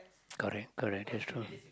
correct correct that's true